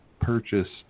purchased